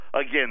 again